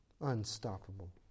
Unstoppable